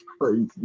crazy